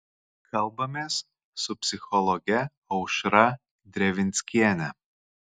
kalbamės su psichologe aušra drevinskiene